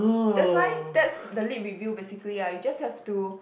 that's why that's the lit review basically uh you just have to